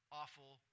awful